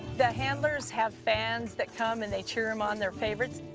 the handlers have fans that come and they cheer um on their favorites.